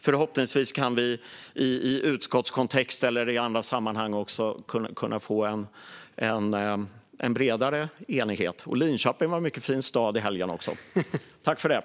Förhoppningsvis kan vi i utskottskontext eller andra sammanhang få en bredare enighet. Linköping var för övrigt en mycket fin stad i helgen.